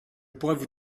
pourrais